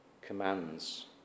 commands